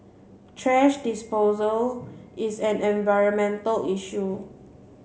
thrash disposal is an environmental issue